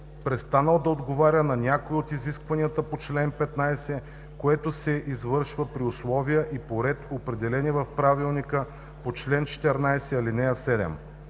престанал да отговаря на някое от изискванията по чл. 15, което се извършва при условия и по ред, определени в правилника по чл. 14, ал.